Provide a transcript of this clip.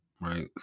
right